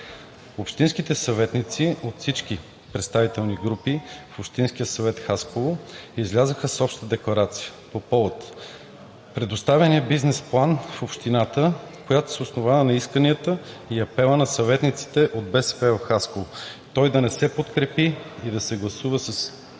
Общинските съветници от всички представителни групи в Общинския съвет – Хасково излязоха с обща декларация по повод предоставения Бизнес план в общината, която се основава на исканията и апела на съветниците от БСП в Хасково, той да не се подкрепи и да се гласува с